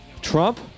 Trump